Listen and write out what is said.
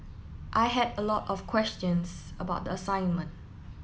I had a lot of questions about the assignment